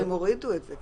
הם הורידו את זה.